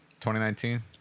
2019